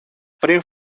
πριν